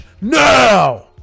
now